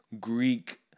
Greek